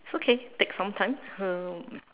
it's okay take some time um